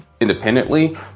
independently